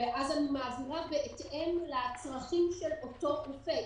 ואז אני מעבירה בהתאם לצרכים של אותו רופא.